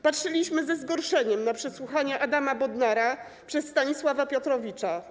Patrzyliśmy ze zgorszeniem na przesłuchanie Adama Bodnara przez Stanisława Piotrowicza.